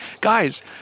guys